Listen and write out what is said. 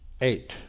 eight